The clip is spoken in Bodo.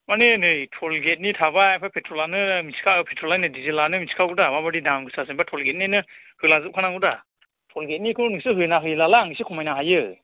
मानि नै टल गेटनि थाबाय ओमफ्राय पेट्रलआनो मिथिखा पेट्रललायनो नै डिजेलआनो नों मोनथिखागौ दा माबायदि दाम गोसा जेनेबा टल गेटनोनो होलांजोबखानांगौ दा टल गेटनिखौ नोंसोर होना होयोब्लालाय आं एसे खमायनो हायो